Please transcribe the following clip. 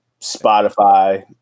Spotify